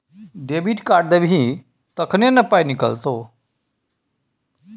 debit card देबही तखने न पाइ निकलतौ